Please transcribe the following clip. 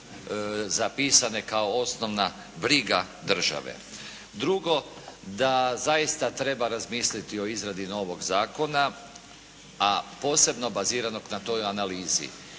zapisane kao osnovna briga države. Drugo, da zaista treba razmisliti o izradi novog zakona, a posebno baziranog na toj analizi.